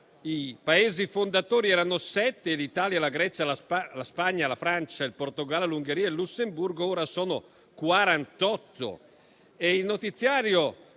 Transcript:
i Paesi fondatori erano sette: l'Italia, la Grecia, la Spagna, la Francia, il Portogallo, l'Ungheria e il Lussemburgo e ora sono 48.